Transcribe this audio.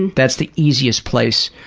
and that's the easiest place.